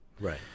Right